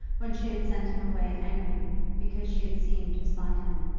when she had sent him away angry because she had seemed to slight him.